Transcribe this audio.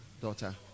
daughter